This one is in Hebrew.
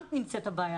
שם נמצאת הבעיה,